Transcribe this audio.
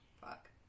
fuck